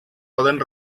poden